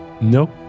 Nope